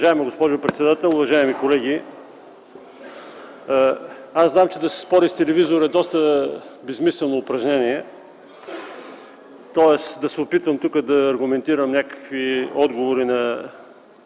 Уважаема госпожо председател, уважаеми колеги! Знам, че да се спори с телевизор е доста безсмислено упражнение. Да се опитвам да аргументирам тук отговори на